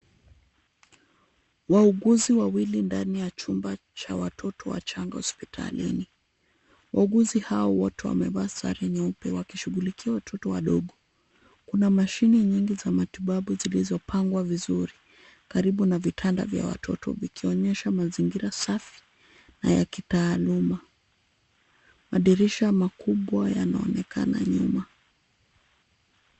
Wauguzi wawili ndani ya chumba cha watoto wachanga hospitalini. Wauguzi hao wote wamevaa sare nyeupe wakishughulikia watoto wadogo. Kuna mashini nyingi za matibabu zilizopangwa vizuri karibu na vitanda vya watoto vikionyesha mazingira safi na ya kitaaluma. Madirisha makubwa yanaonekana nyuma.